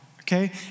okay